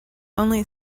only